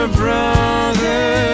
brother